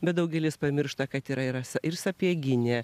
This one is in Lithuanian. bet daugelis pamiršta kad yra yra ir sapieginė